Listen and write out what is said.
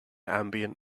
ambient